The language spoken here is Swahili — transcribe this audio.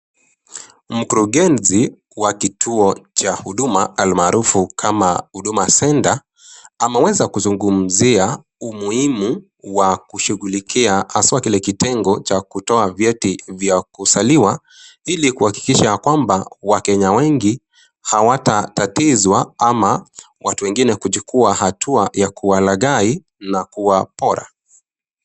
Mkurugenzi wakituo cha huduma almaarufu kama Huduma Center, ameweza kuzungumzia umuhimu wa kushigulikia haswa kilekitengo cha kutoa vyeti vya kuzaliwa hili kuakikisha kwamba wakenya wengi, hawatatatizwa ama watu wengine kuchukuliwa hatua ya kuwalaghai na kuwapora.